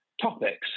topics